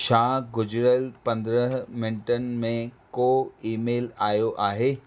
छा गुज़िरियल पंद्रहां मिन्टनि में को ईमेल आयो आहे